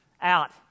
out